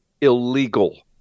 illegal